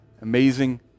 amazing